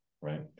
right